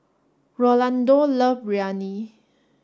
Rolando love Biryani